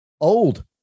old